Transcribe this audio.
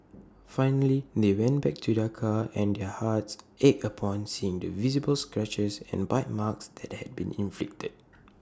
finally they went back to their car and their hearts ached upon seeing the visible scratches and bite marks that had been inflicted